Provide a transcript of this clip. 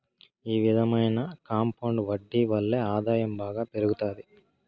ఈ విధమైన కాంపౌండ్ వడ్డీ వల్లే ఆదాయం బాగా పెరుగుతాది